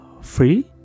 free